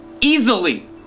easily